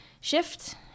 shift